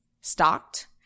stocked